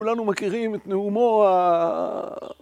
כולנו מכירים את נאומו ה...